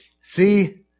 See